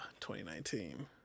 2019